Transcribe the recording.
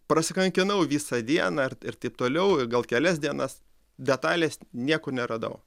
prasikankinau visą dieną ir ir taip toliau i gal kelias dienas detalės niekur neradau